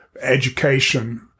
education